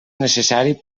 necessari